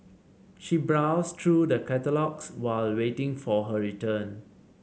she browsed through the catalogues while waiting for her return